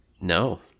no